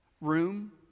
room